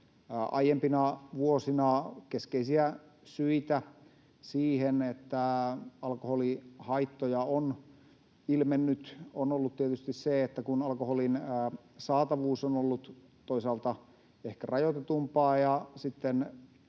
Aiempina vuosina keskeisiä syitä siihen, että alkoholihaittoja on ilmennyt, on ollut tietysti se, että alkoholin saatavuus on ollut toisaalta ehkä rajoitetumpaa.